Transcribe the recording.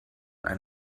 ein